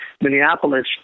Minneapolis